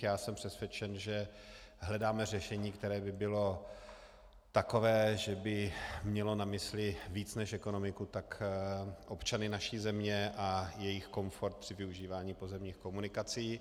Já jsem přesvědčen, že hledáme řešení, které by bylo takové, že by mělo na mysli víc než ekonomiku občany naší země a jejich komfort při využívání pozemních komunikací.